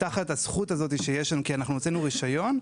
תחת הזכות שיש לנו מכך שעשינו רישיון".